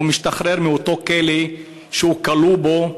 משתחרר מאותו כלא שהוא כלוא בו,